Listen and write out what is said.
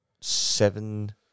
seven